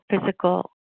physical